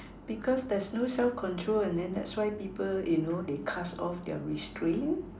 because there's no self control and then that's why people you know they cast off their restraint